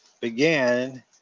began